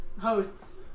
hosts